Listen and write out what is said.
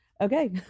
Okay